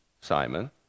Simon